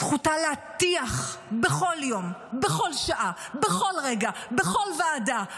זכותה להטיח בכל יום, בכל שעה, בכל רגע, בכל ועדה.